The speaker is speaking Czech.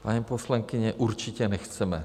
Paní poslankyně, určitě nechceme.